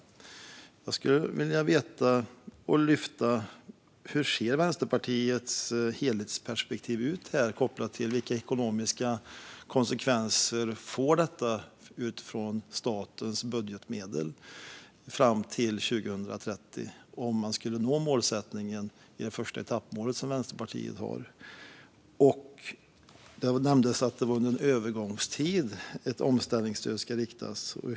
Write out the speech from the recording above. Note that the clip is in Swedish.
Jag skulle vilja veta hur Vänsterpartiets helhetsperspektiv ser ut här, alltså vilka ekonomiska konsekvenser det får för statens budgetmedel fram till 2030 om man skulle nå Vänsterpartiets första etappmål. Det nämndes att omställningsstödet skulle vara under en övergångstid.